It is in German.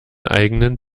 eigenen